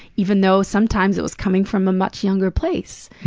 even though sometimes it was coming from a much younger place.